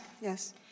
Yes